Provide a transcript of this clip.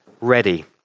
ready